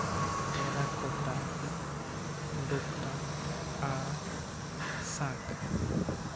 ᱴᱮᱨᱟᱠᱳᱴᱟ ᱰᱳᱠᱨᱟ ᱟᱨ ᱥᱟᱸᱠ